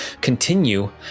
Continue